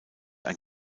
ein